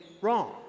wrong